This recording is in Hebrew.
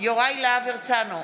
יוראי להב הרצנו,